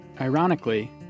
Ironically